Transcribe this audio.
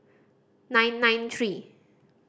nine nine three